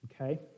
Okay